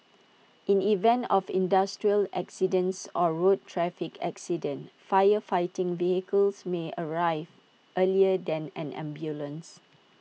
in event of industrial accidents or road traffic accidents fire fighting vehicles may arrive earlier than an ambulance